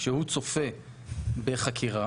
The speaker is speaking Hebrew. שהוא צופה בחקירה,